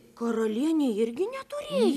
karalienė irgi neturėjo